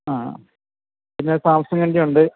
ആ പിന്നെ സാംസങ്ങിൻ്റെ ഉണ്ട്